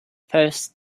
first